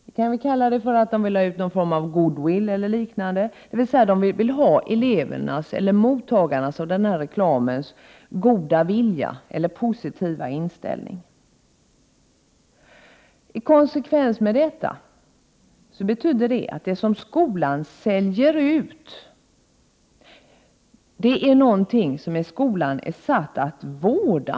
Vi kan väl säga att de vill ha ut någon form av good-will eller liknande, dvs. de vill ha reklamens goda inverkan i form av mottagarnas positiva inställning. I konsekvens med detta betyder det att skolan säljer ut det skolan är satt att vårda.